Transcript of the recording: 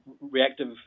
reactive